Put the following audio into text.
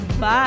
Bye